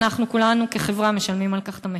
אנחנו כולנו כחברה משלמים על כך את המחיר.